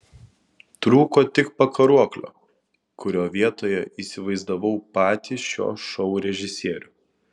trūko tik pakaruoklio kurio vietoje įsivaizdavau patį šio šou režisierių